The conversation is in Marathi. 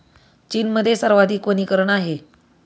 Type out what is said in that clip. चीनमध्ये सर्वाधिक वनीकरण आहे